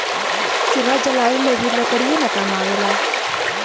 चूल्हा जलावे में भी लकड़ीये न काम आवेला